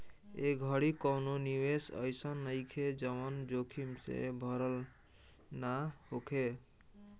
ए घड़ी कवनो निवेश अइसन नइखे जवन जोखिम से भरल ना होखे